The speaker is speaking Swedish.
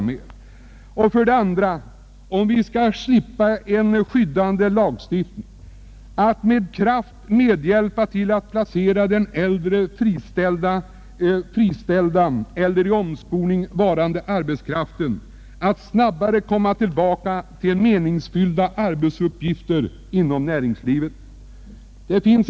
Om vi skall slippa en skyddslagstiftning på detta område måste näringslivet för det andra med kraft hjälpa till att placera den äldre friställda eller under omskolning varande arbetskraften, så att den snabbare kan komma tillbaka till meningsfyllda arbetsuppgifter inom Allmänpolitisk debatt Allmänpolitisk debatt näringslivet.